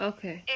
Okay